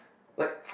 like